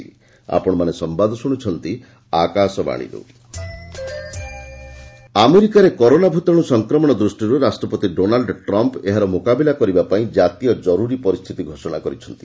Trump emergency ଆମେରିକାରେ corona ଭୂତାଣୁ ସଂକ୍ରମଣ ଦୃଷ୍ଟିରୁ ରାଷ୍ଟ୍ରପତି ଡୋନାଲ୍ଡ୍ ଟ୍ରମ୍ପ୍ ଏହାର ମୁକାବିଲା କରିବାପାଇଁ ଜାତୀୟ ଜରୁରୀ ପରିସ୍ଥିତି ଘୋଷଣା କରିଛନ୍ତି